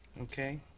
okay